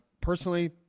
personally